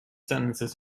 sentences